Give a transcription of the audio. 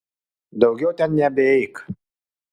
daugiau ten nebeik